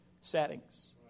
settings